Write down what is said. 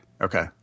Okay